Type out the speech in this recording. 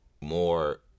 more